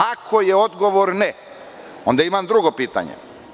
Ako je odgovor ne, onda imam drugo pitanje.